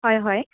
হয় হয়